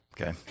Okay